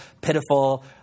pitiful